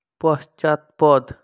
পশ্চাৎপদ